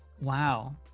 wow